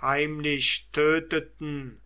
heimlich töteten